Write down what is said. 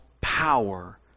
power